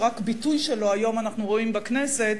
שרק ביטוי שלו אנחנו רואים היום בכנסת,